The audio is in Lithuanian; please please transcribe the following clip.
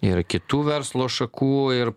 ir kitų verslo šakų ir